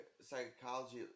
psychology